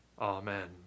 Amen